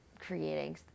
creating